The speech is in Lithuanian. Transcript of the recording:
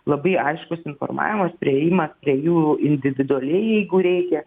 labai aiškus informavimas priėjimas prie jų individualiai jeigu reikia